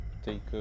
take